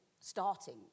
starting